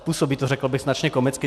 Působí to, řekl bych, značně komicky.